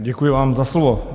Děkuji vám za slovo.